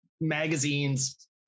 Magazines